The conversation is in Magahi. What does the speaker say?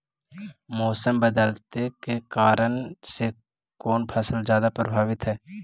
मोसम बदलते के कारन से कोन फसल ज्यादा प्रभाबीत हय?